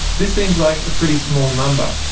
this seems like a pretty small number,